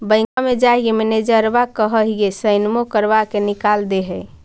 बैंकवा मे जाहिऐ मैनेजरवा कहहिऐ सैनवो करवा के निकाल देहै?